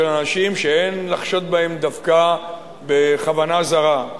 של אנשים שאין לחשוד בהם דווקא בכוונה זרה.